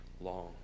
long